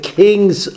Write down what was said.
kings